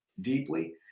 deeply